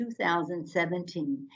2017